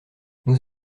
nous